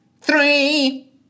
three